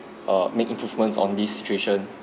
err make improvements on this situation